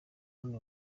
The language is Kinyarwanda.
hano